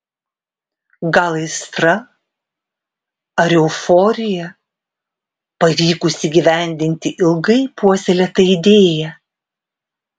gal aistra ar euforija pavykus įgyvendinti ilgai puoselėtą idėją